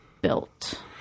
built